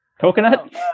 Coconut